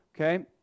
Okay